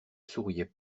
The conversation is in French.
souriait